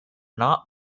not